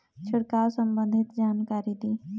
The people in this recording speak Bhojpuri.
छिड़काव संबंधित जानकारी दी?